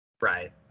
right